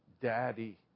Daddy